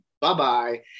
bye-bye